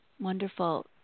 Wonderful